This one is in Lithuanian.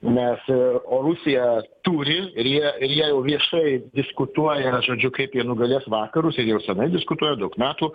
nes a o rusija turi ir jie ir jie jau viešai diskutuoja žodžiu kaip jie nugalės vakarus jau senai diskutuoja daug metų